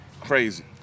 Crazy